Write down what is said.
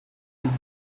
pinto